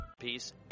Peace